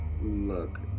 look